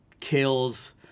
kills